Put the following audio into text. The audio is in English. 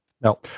No